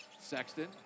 Sexton